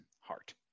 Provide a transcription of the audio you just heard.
heart